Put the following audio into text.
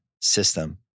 system